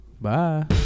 Bye